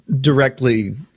directly